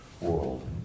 world